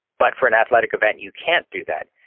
but for an athletic event, you can't do that.